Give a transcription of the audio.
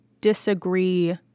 disagree